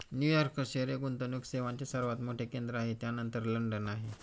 New York शहर हे गुंतवणूक सेवांचे सर्वात मोठे केंद्र आहे त्यानंतर लंडन आहे